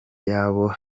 y’aho